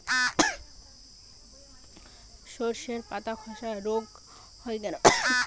শর্ষের পাতাধসা রোগ হয় কেন?